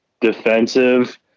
defensive